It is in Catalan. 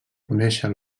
conéixer